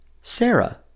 Sarah